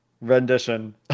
rendition